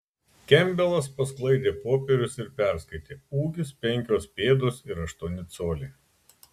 kempbelas pasklaidė popierius ir perskaitė ūgis penkios pėdos ir aštuoni coliai